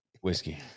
whiskey